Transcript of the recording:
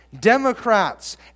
Democrats